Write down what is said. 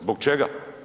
Zbog čega?